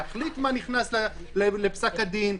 להחליט מה נכנס לפסק הדין,